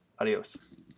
Adios